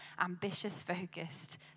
ambitious-focused